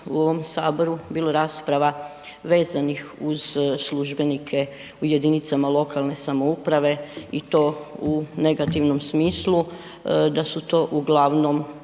u ovom Saboru bilo rasprava vezanih uz službenike u jedinicama lokalne samouprave i to u negativnom smislu, da su to uglavnom